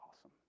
awesome